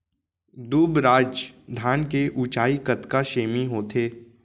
दुबराज धान के ऊँचाई कतका सेमी होथे?